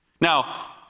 Now